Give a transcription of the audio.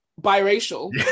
biracial